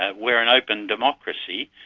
ah we're an open democracy,